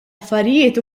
affarijiet